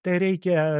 tai reikia